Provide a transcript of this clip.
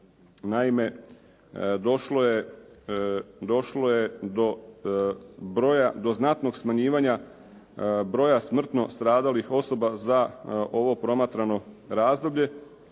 Naime, došlo je do znatnog smanjivanja broja smrtno stradalih osoba za ovo promatrano razdoblje.